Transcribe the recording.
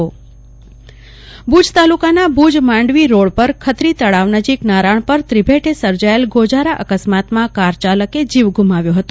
કલ્પના શાહ્ એકસ્માત ભુજ તાલુકાનાં માંડવી રોડ પર ખત્રી તળાવ નજીક નારાણ પર ત્રિભેટે સર્જાયેલ ગોજારા અકસ્માત માં કાર ચાલકે જીવ ગુમાવ્યો ફતો